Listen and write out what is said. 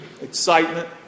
excitement